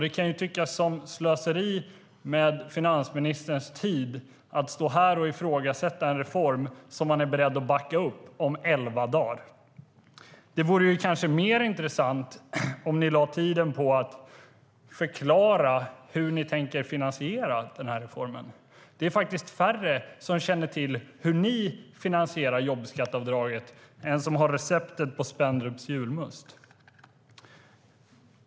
Det kan tyckas som slöseri med finansministerns tid att stå här och ifrågasätta en reform som man är beredd att backa upp om elva dagar. Det vore mer intressant om ni lade tiden på att förklara hur ni tänker finansiera reformen. Det är faktiskt färre som känner till hur ni finansierar jobbskatteavdraget än som har receptet på Spendrups julmust.